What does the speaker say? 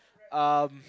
um